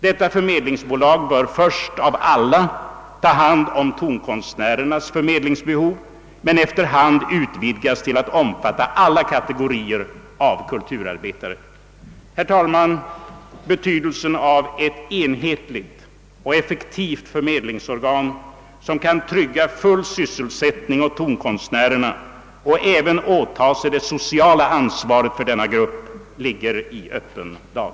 Detta förmedlingsbolag bör framför allt tillgodose tonkonstnärernas förmedlingsbehov men efter hand utvidgas till att omfatta alla kategorier av kulturarbetare. Herr talman! Betydelsen av ett enhetligt och effektivt förmedlingsorgan, som kan trygga full sysselsättning åt tonkonstnärerna och även åtaga sig det sociala ansvaret för denna grupp, ligger i öppen dag.